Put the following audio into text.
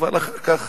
ואחר כך